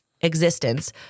existence